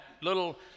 little